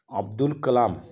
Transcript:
Abdul Kalam